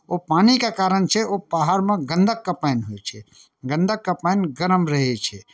ओ पानिके कारण छै ओहि पहाड़मे गन्धकके पानि होइ छै गन्धकके पानि गरम रहै छै